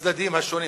בצדדים השונים.